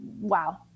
wow